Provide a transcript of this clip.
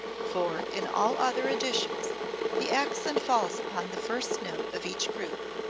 for in all other editions the accent falls upon the first note of each group.